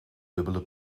dubbele